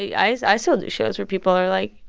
yeah i i still do shows where people are like,